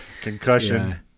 Concussion